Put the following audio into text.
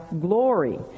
glory